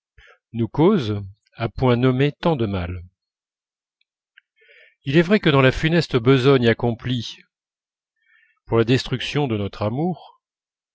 nous causent à point nommé tant de mal il est vrai que dans la funeste besogne accomplie pour la destruction de notre amour